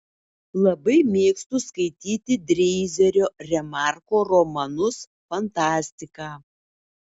labai mėgstu skaityti dreizerio remarko romanus fantastiką